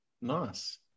Nice